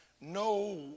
No